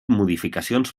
modificacions